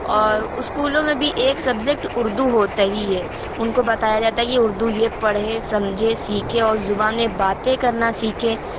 اور اسکولوں میں بھی ایک سبزیکٹ اردو ہوتا ہی ہے ان کو بتایا جاتا ہے کہ اردو یہ پڑھیں سمجھیں اور سیکھیں اور زبان میں باتیں کرنا سیکھیں